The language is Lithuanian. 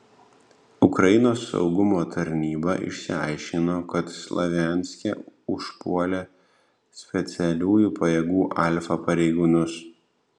ukrainos saugumo tarnyba išsiaiškino kas slavianske užpuolė specialiųjų pajėgų alfa pareigūnus